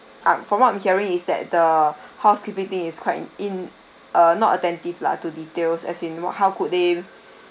I'm from what I'm hearing is that the housekeeping team is quite in~ err not attentive lah to details as in what how could they